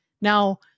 Now